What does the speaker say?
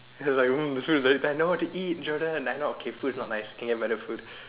you're like mm the food is very nice I know what to eat Jordan I know okay the food is not nice okay can get other food